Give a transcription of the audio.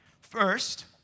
First